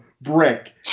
Brick